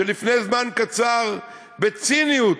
שלפני זמן קצר, בציניות,